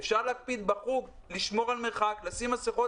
אפשר להקפיד בחוג לשמור על מרחק, לשים מסכות.